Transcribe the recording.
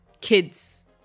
kids